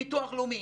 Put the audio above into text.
ביטוח לאומי.